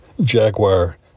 Jaguar